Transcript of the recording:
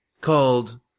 called